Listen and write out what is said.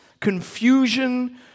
confusion